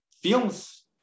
films